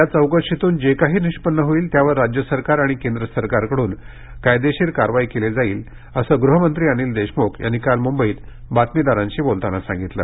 या चौकशीतून जे काही निष्पन्न होईल त्यावर राज्य सरकार आणि केंद्र सरकारकडून कायदेशीर कारवाई केली जाईल असं गृहमंत्री अनिल देशमुख यांनी काल मुंबईत बातमीदारांशी बोलताना सांगितलं